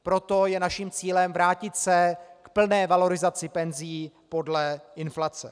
Proto je naším cílem vrátit se k plné valorizaci penzí podle inflace.